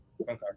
okay